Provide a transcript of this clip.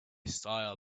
style